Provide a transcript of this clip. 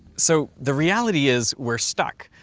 so, the reality is we're stuck.